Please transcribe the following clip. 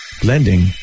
blending